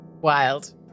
wild